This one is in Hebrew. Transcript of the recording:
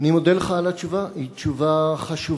אני מודה לך על התשובה, היא תשובה חשובה.